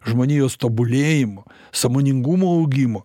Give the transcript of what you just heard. žmonijos tobulėjimu sąmoningumo augimu